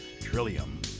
Trillium